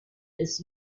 des